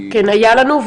כן, היה לנו.